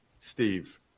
Steve